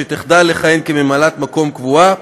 שתחדל לכהן כממלאת מקום קבועה.